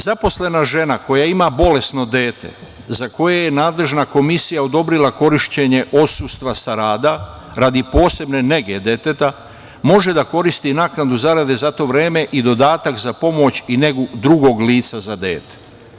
Zaposlena žena koja ima bolesno dete za koje je nadležna komisija odobrila korišćene odsustva sa rada radi posebne nege deteta može da koristi naknadu zarade za to vreme i dodatak za pomoć i negu drugog lica za dete.